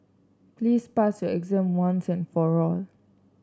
please pass your exam once and for all